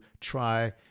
try